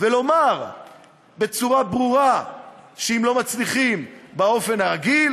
ולומר בצורה ברורה שאם לא מצליחים באופן הרגיל,